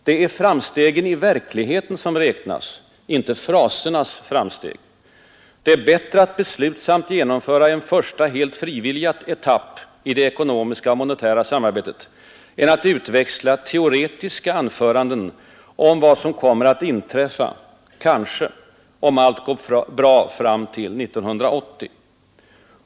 Det är framstegen i verkligheten som räknas, inte frasernas framsteg. Det är bättre att beslutsamt genomföra en första helt frivillig etapp i det ekonomiska och monetära samarbetet än att utväxla teoretiska anföranden om vad som kommer att inträffa — kanske - om allt går bra fram till 1980.